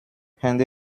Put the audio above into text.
hände